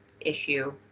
issue